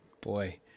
boy